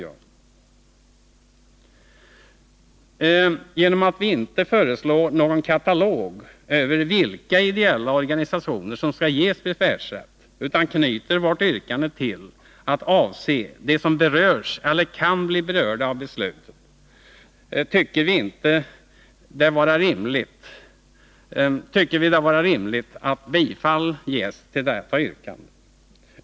Då vi inte föreslår någon katalog över vilka ideella organisationer som skall ges besvärsrätt utan knyter vårt yrkande till att avse dem som berörs eller kan bli berörda av beslut, tycker vi det vara rimligt att bifall ges till vårt yrkande.